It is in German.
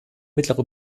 mittlere